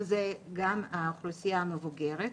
שזה גם האוכלוסייה המבוגרת,